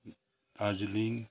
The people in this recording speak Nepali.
दार्जिलिङ